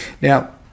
Now